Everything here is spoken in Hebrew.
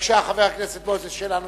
חבר הכנסת מוזס, בבקשה, שאלה נוספת,